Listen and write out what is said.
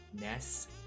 Ness